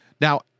Now